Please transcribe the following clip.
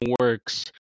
works